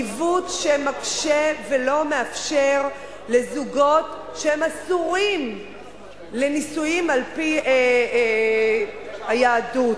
עיוות שמקשה ולא מאפשר לזוגות שאסורים לנישואים על-פי היהדות,